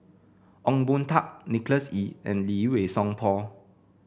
Ong Boon Tat Nicholas Ee and Lee Wei Song Paul